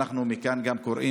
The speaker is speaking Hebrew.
ואנחנו מכאן גם קוראים